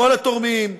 כל התורמים,